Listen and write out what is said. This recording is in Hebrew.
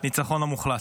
הניצחון המוחלט.